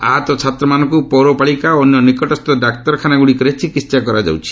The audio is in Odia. ଆହତ ଛାତ୍ରମାନଙ୍କ ପୌରପାଳିକା ଓ ଅନ୍ୟ ନିକଟସ୍କ ଡାକ୍ତରଖାନାଗ୍ରଡ଼ିକରେ ଚିକିହା କରାଯାଉଛି